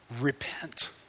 Repent